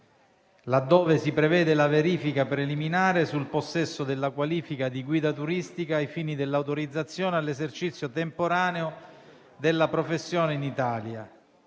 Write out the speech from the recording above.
laddove si prevede la verifica preliminare sul possesso della qualifica di guida turistica ai fini dell'autorizzazione all'esercizio temporaneo della professione in Italia.